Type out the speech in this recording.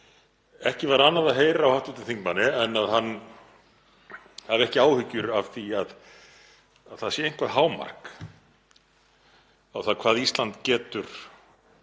Ekki var annað að heyra á hv. þingmanni en að hann hafi ekki áhyggjur af því að það sé eitthvert hámark á það hvað Ísland getur